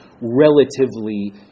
relatively